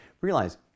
realize